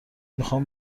میخام